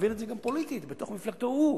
שיעביר את זה גם פוליטית, בתוך מפלגתו הוא,